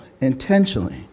intentionally